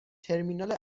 ترمینال